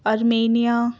Armenia